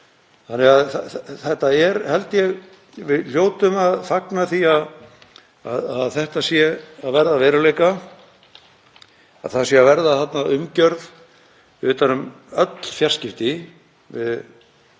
Þannig að ég held að við hljótum að fagna því að þetta sé að verða að veruleika, að það sé að verða til umgjörð utan um öll fjarskipti. Við